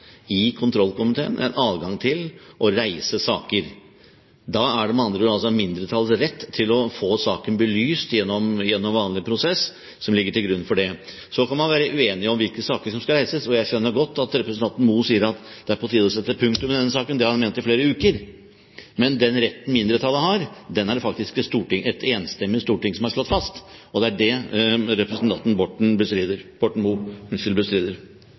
i kontrollkomiteen en adgang til å reise saker. Da er det med andre ord mindretallets rett til å få saken belyst gjennom vanlig prosess som ligger til grunn for det. Så kan man være uenige om hvilke saker som skal reises. Jeg skjønner godt at representanten Moe sier at det er på tide å sette punktum i denne saken. Det har han ment i flere uker. Men den retten mindretallet har, er det faktisk et enstemmig storting som har slått fast, og det er dét representanten Borten Moe bestrider.